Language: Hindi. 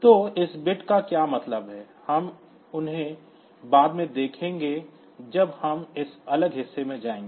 तो इस बिट का क्या मतलब है हम उन्हें बाद में देखेंगे जब हम इस अलग हिस्से में जाएंगे